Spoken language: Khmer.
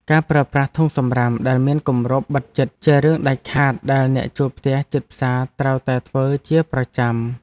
ការប្រើប្រាស់ធុងសំរាមដែលមានគម្របជិតជារឿងដាច់ខាតដែលអ្នកជួលផ្ទះជិតផ្សារត្រូវតែធ្វើជាប្រចាំ។